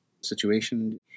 situation